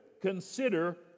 consider